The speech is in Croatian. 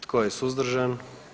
Tko je suzdržan?